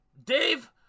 Dave